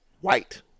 White